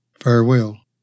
Farewell